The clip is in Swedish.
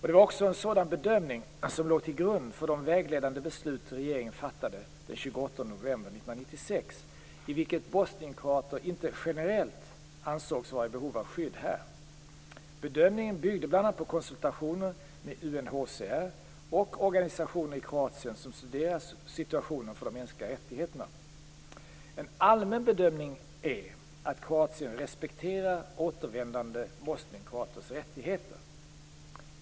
Det var också en sådan bedömning som låg till grund för de vägledande beslut regeringen fattade den 28 november 1996, i vilka bosnienkroater inte generellt ansågs vara i behov av skydd här. Bedömningen byggde bl.a. på konsultationer med UNHCR och organisationer i Kroatien som studerar situationen för de mänskliga rättigheterna. En allmän bedömning är att Kroatien respekterar återvändande bosnienkroaters rättigheter.